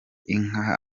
inka